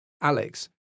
Alex